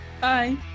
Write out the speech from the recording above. Bye